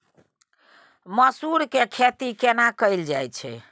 मसूर के खेती केना कैल जाय?